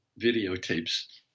videotapes